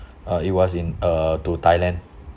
uh it was in uh to thailand